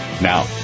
Now